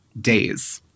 days